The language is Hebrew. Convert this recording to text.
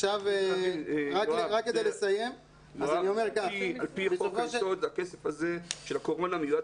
על פי חוק יסוד הכסף של קורונה מיועד